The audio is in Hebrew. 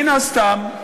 מן הסתם,